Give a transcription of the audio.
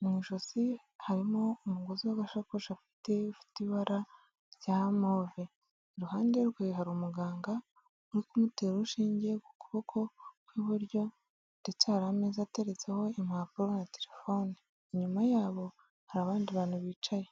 mu ijosi harimo umugozi w'agasakoshi afite ufite ibara rya move. Iruhande rwe hari umuganga uri kumutera urushinge ku kuboko kw'iburyo ndetse hari ameza ateretseho impapuro na terefone. Inyuma yabo hari abandi bantu bicaye.